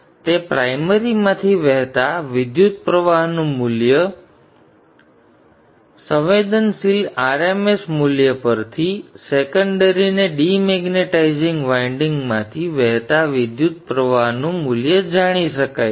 તેથી પ્રાઇમરીમાંથી વહેતા વિદ્યુતપ્રવાહનું મૂલ્ય r m s આપણે જાણીએ છીએ કે પ્રવાહના વિદ્યુત સંવેદનશીલ r m s મૂલ્ય પરથી સેકન્ડરીને ડિમેગ્નેટાઇઝિંગ વાઇન્ડિંગમાંથી વહેતા વિદ્યુતપ્રવાહનું મૂલ્ય જાણી શકાય છે